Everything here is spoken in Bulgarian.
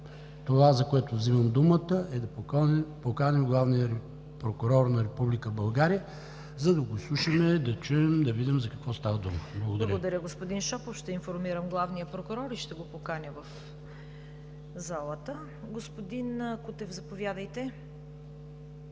това, за което вземам думата, е да поканим Главния прокурор на Република България, за да го изслушаме – да чуем, да видим за какво става дума. Благодаря. ПРЕДСЕДАТЕЛ ЦВЕТА КАРАЯНЧЕВА: Благодаря, господин Шопов. Ще информирам главния прокурор и ще го поканя в залата. Господин Кутев, заповядайте.